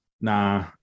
nah